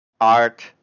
art